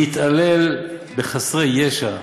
להתעלל בחסרי ישע,